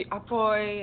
apoi